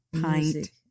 pint